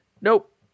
Nope